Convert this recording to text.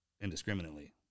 indiscriminately